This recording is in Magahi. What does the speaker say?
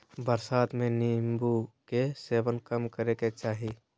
बरसात में नीम्बू के सेवन कम करे के चाही